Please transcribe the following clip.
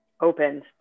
opened